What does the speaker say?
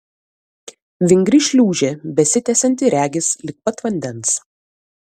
vingri šliūžė besitęsianti regis lig pat vandens